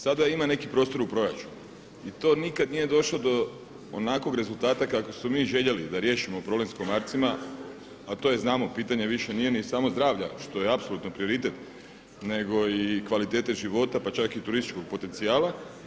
Sada ima neki prostor u proračunu i to nikada nije došlo do onakvog rezultata kakav smo mi željeli da riješimo problem sa komarcima a to je znamo, pitanje više nije ni samo zdravlja što je apsolutno prioritet nego i kvalitete života pa čak i turističkog potencijala.